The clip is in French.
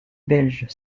belge